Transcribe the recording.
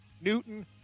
Newton